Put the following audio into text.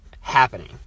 happening